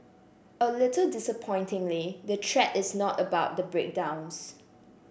a little disappointingly the thread is not about the breakdowns